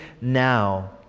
now